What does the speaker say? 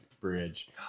bridge